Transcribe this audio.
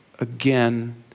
again